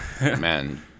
Man